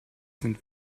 sind